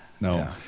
no